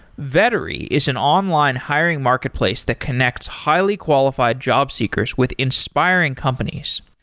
vettery is an online hiring marketplace that connects highly qualified job seekers with inspiring companies.